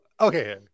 okay